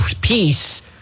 peace